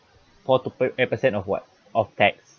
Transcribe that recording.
four to eight percent of what of tax